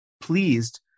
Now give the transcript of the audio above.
pleased